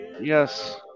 Yes